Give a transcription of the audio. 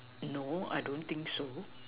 no I don't think so